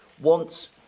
wants